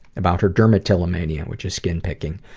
about her dermatillomania, which is skin picking,